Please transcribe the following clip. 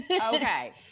Okay